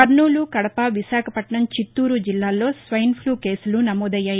కర్నూలు కడప విశాఖపట్నం చిత్తూరు జిల్లాల్లో swine flu కేసులు నమోదవయ్యాయి